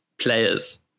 players